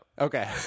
Okay